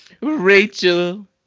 Rachel